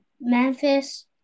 Memphis